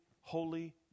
holy